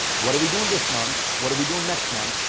what are we doing this month? what are we doing next month?